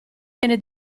viene